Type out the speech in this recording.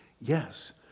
Yes